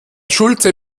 schulze